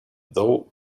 though